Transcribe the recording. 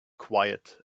quiet